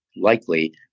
likely